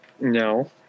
No